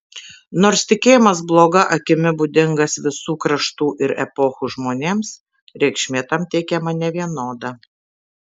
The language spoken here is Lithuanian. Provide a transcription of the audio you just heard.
nors tikėjimas bloga akimi būdingas visų kraštų ir epochų žmonėms reikšmė tam teikiama nevienoda